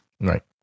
Right